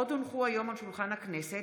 עוד הונחו היום על שולחן הכנסת,